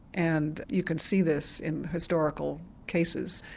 and you can see this in historical cases,